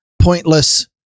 pointless